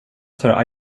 tar